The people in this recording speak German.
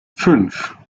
fünf